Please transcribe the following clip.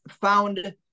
found